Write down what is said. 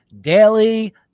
daily